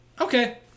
okay